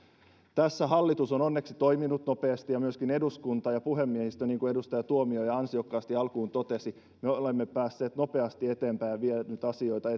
tässä hallitus on onneksi toiminut nopeasti ja myöskin eduskunta ja puhemiehistö niin kuin edustaja tuomioja ansiokkaasti alkuun totesi me olemme päässeet nopeasti eteenpäin ja vieneet nyt asioita